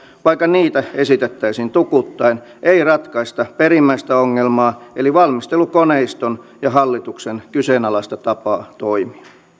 vaikka niitä esitettäisiin tukuittain ei ratkaista perimmäistä ongelmaa eli valmistelukoneiston ja hallituksen kyseenalaista tapaa toimia